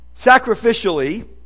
Sacrificially